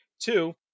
two